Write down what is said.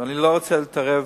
אני לא רוצה להתערב